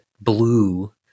blue